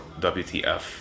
wtf